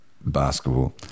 basketball